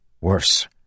Worse